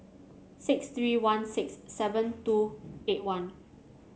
six three one six seven two eight one